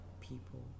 people